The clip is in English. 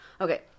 Okay